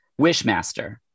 Wishmaster